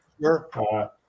Sure